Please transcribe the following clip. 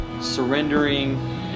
surrendering